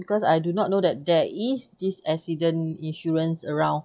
because I do not know that there is this accident insurance around